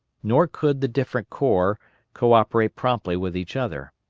nor could the different corps co-operate promptly with each other.